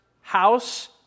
house